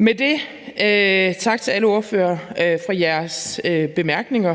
jeg sige tak til alle ordførerne for deres bemærkninger,